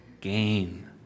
gain